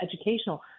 educational